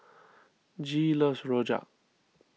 Gee loves Rojak